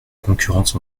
concurrence